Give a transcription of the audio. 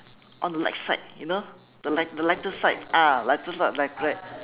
on the light side you know the light the lighter side ah lighter side of life correct